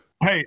Hey